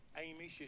Amy